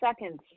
seconds